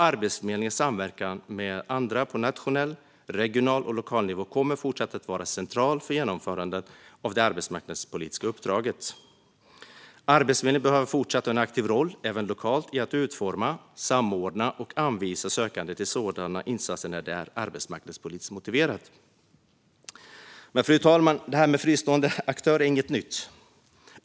Arbetsförmedlingens samverkan med andra på nationell, regional och lokal nivå kommer fortsatt att vara central för genomförandet av det arbetsmarknadspolitiska uppdraget. Arbetsförmedlingen behöver fortsatt ha en aktiv roll, även lokalt, i att utforma, samordna och anvisa sökande till sådana insatser när det är arbetsmarknadspolitiskt motiverat. Fru talman! Det här med fristående aktörer är inget nytt.